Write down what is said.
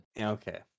Okay